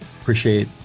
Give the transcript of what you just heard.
Appreciate